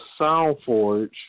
SoundForge